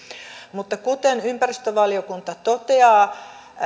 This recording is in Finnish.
mutta kuten ympäristövaliokunta toteaa